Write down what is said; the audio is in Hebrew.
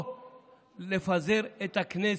או לפזר את הכנסת.